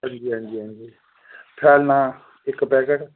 हां जी हा जी इक पैकेट